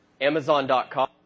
Amazon.com